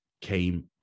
came